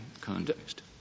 context